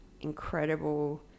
incredible